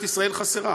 שממשלת ישראל חסרה.